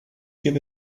give